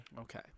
Okay